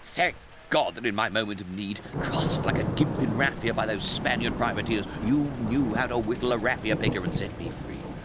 thank god that in my moment of need, trussed like a gimp in raffia by those spaniard privateers, you knew how to whittle a raffia-picker and set me free!